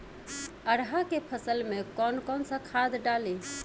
अरहा के फसल में कौन कौनसा खाद डाली?